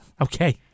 Okay